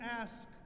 ask